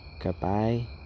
goodbye